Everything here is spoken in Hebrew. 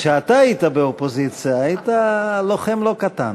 שכשאתה היית באופוזיציה היית לוחם לא קטן.